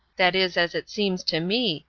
that is as it seems to me.